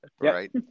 Right